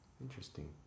interesting